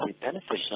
beneficial